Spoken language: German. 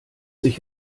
sich